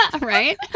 Right